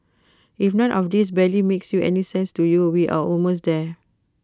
if none of this barely makes any sense to you we're almost there